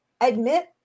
admit